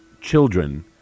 children